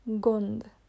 Gond